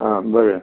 आं बरें